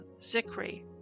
Zikri